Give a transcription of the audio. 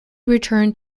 returned